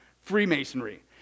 Freemasonry